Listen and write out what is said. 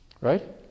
right